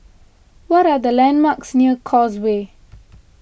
what are the landmarks near Causeway